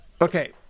okay